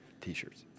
T-shirts